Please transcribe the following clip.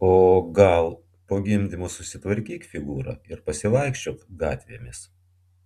o gal po gimdymo susitvarkyk figūrą ir pasivaikščiok gatvėmis